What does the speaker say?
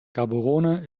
gaborone